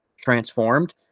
transformed